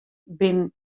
bin